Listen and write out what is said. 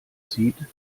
zieht